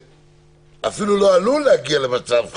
זה אפילו לא עלול להגיע למצב חירום,